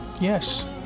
yes